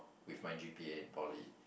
with my g_p_a in Poly